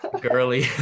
girly